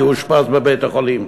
יאושפז בבית-החולים.